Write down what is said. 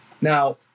Now